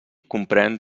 comprèn